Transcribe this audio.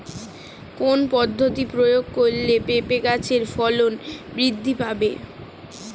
কোন পদ্ধতি প্রয়োগ করলে পেঁপে গাছের ফলন বৃদ্ধি পাবে?